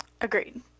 Agreed